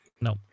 No